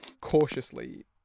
cautiously